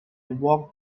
walked